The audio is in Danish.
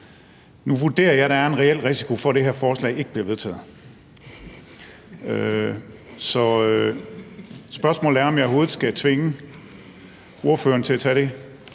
Nu vurderer jeg, at der er en reel risiko for, at det her forslag ikke bliver vedtaget, så spørgsmålet er, om jeg overhovedet skal tvinge ordføreren til at tage det